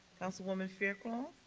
councilwoman fairclough.